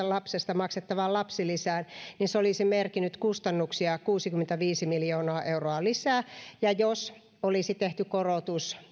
lapsesta maksettavaan lapsilisään niin se olisi merkinnyt kuusikymmentäviisi miljoonaa euroa lisää kustannuksia ja jos olisi tehty korotus